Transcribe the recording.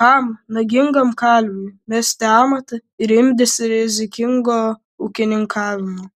kam nagingam kalviui mesti amatą ir imtis rizikingo ūkininkavimo